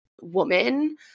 woman